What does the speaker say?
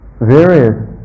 various